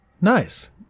Nice